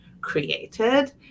created